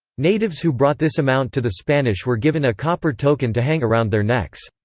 natives who brought this amount to the spanish were given a copper token to hang around their necks.